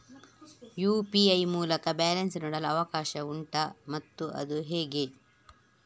UPI ಮೂಲಕ balance ನೋಡಲು ಅವಕಾಶ ಉಂಟಾ ಮತ್ತು ಅದು ಹೇಗೆ?